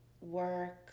work